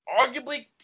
Arguably